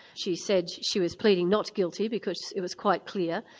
she said she was pleading not guilty because it was quite clear.